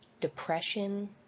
depression